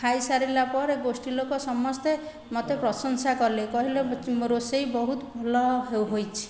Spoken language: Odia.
ଖାଇସାରିଲା ପରେ ଗୋଷ୍ଠି ଲୋକ ସମସ୍ତେ ମୋତେ ପ୍ରଶଂସା କଲେ କହିଲେ ରୋଷେଇ ବହୁତ ଭଲ ହୋଇଛି